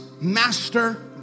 master